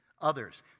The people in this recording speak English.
others